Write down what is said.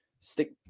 stick